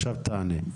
עכשיו תעני,